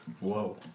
Whoa